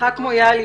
יצחק מויאל,